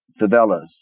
favelas